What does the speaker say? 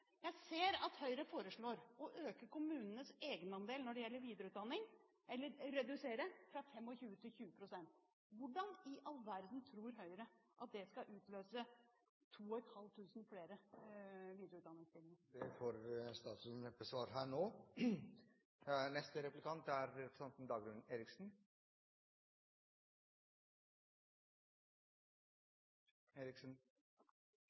Jeg ser at Høyre foreslår å redusere kommunenes egenandel når det gjelder videreutdanning, fra 25 pst. til 20 pst. Hvordan i all verden tror Høyre at det skal utløse 2 500 flere videreutdanningstimer? Det får neppe statsråden svar på her nå. Innledningen til statsrådens innlegg viste vel at det er